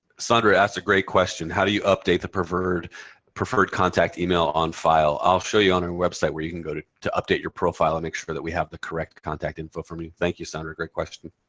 sandra asked a great question. how do you update the preferred preferred contact email on file? i'll show you on our website where you can go to to update your profile and make sure that we have the correct contact info for you. thank you, sandra. great question.